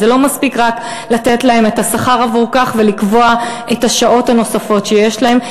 לא מספיק רק לתת את השכר עבור כך ולקבוע את השעות הנוספות שיש להם,